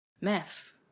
Maths